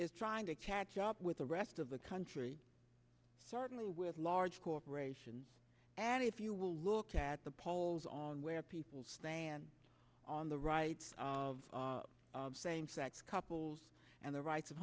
is trying to catch up with the rest of the country certainly with large corporations and if you will look at the polls on where people stand on the rights of same sex couples and the rights of